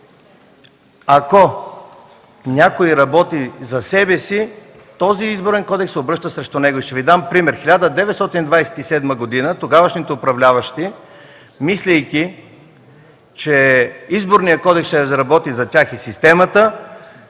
ако някой работи за себе си, този Изборен кодекс се обръща срещу него. Ще Ви дам пример. През 1927 г. тогавашните управляващи, мислейки, че Изборният кодекс ще разработи за тях системата,